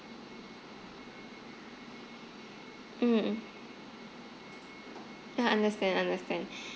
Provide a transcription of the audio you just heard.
mm ya understand understand